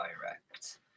direct